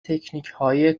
تکنیکهای